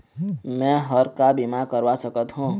मैं हर का बीमा करवा सकत हो?